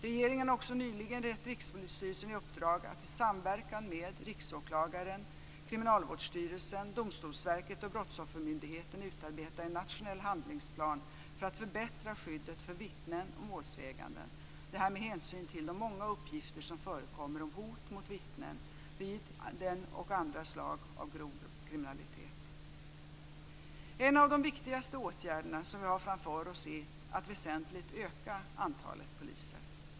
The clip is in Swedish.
Regeringen har också nyligen gett Rikspolisstyrelsen i uppdrag att i samverkan med Riksåklagaren, Kriminalvårdsstyrelsen, Domstolsverket och Brottsoffermyndigheten utarbeta en nationell handlingsplan för att förbättra skyddet för vittnen och målsägande - detta med hänsyn till de många uppgifter som förekommer om hot mot vittnen vid denna och andra slag av grov kriminalitet. En av de viktigaste åtgärderna som vi har framför oss är att väsentligt öka antalet poliser.